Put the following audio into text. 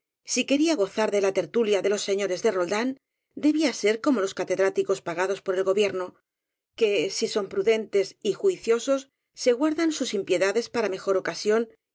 si quería gozar de la tertulia de los se ñores de roldán debía ser como los catedráticos pagados por el gobierno que si son prudentes y juiciosos se guardan sus impiedades para mejor ocasión